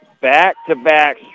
Back-to-back